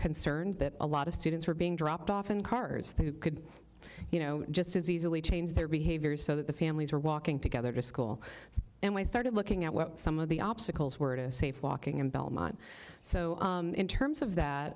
concerned that a lot of students were being dropped off in cars they could you know just as easily change their behaviors so that the families were walking together to school and we started looking at what some of the obstacles were to safe walking and belmont so in terms of that